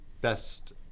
best